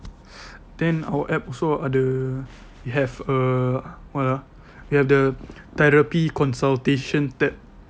then our app also ada you have err what ah you have the therapy consultation tab